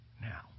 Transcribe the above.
Now